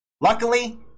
Luckily